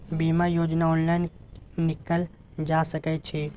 बीमा योजना ऑनलाइन कीनल जा सकै छै?